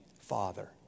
Father